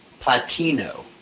Platino